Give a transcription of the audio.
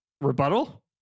Rebuttal